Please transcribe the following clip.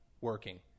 working